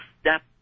step